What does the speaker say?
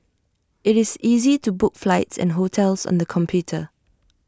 IT is easy to book flights and hotels on the computer